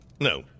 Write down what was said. No